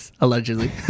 Allegedly